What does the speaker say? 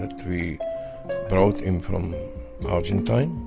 ah we brought him from um argentine,